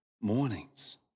mornings